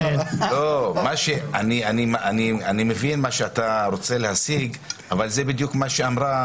אני מבין מה שאתה רוצה להשיג אבל זה בדיוק מה שאמרה